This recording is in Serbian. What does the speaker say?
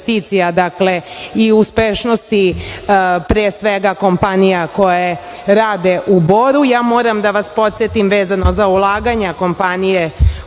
i uspešnosti pre svega kompanija koje rade u Boru, moram da vas podsetim vezano za ulaganja kompanije